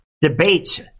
debates